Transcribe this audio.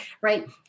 Right